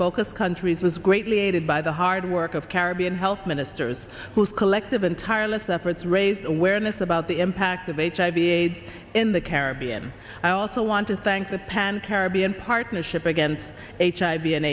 focus countries was greatly aided by the hard work of caribbean health ministers whose collective entire list efforts raise awareness about the impact of hiv aids in the caribbean i also want to thank the pan caribbean partnership against hiv and